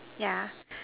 yeah